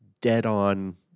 dead-on